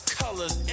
colors